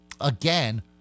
again